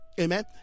amen